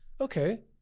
okay